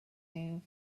nhw